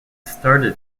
started